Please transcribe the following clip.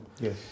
Yes